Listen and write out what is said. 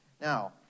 Now